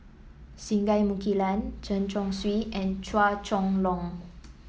Singai Mukilan Chen Chong Swee and Chua Chong Long